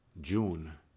June